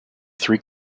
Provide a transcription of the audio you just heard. three